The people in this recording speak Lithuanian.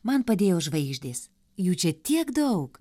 man padėjo žvaigždės jų čia tiek daug